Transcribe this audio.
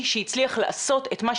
משה בבקשה.